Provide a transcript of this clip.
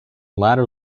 ladder